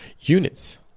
units